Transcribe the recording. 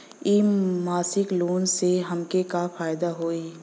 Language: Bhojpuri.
इ मासिक लोन से हमके का फायदा होई?